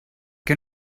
que